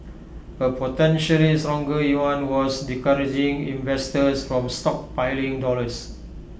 A potentially stronger yuan was discouraging investors from stockpiling dollars